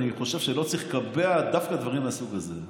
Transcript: אני חושב שלא צריך לקבע דווקא דברים מהסוג הזה,